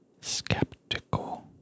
Skeptical